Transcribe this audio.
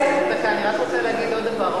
דקה, אני רק רוצה להגיד עוד דבר.